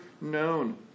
known